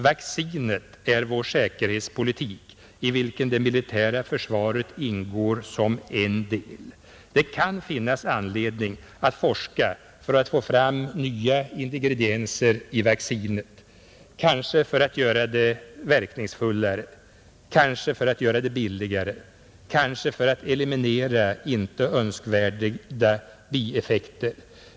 Vaccinet är vår säkerhetspolitik, i vilken det militära försvaret ingår som en del. Det kan finnas anledning att forska för att få fram nya ingredienser i vaccinet. Kanske för att göra det verkningsfullare. Kanske för att göra det billigare. Kanske för att eliminera inte önskvärda bieffekter.